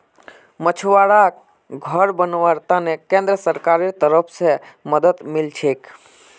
मछुवाराक घर बनव्वार त न केंद्र सरकारेर तरफ स मदद मिल छेक